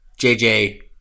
JJ